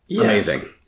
amazing